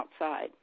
outside